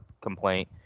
complaint